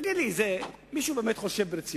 תגיד לי, מישהו באמת חושב על זה ברצינות?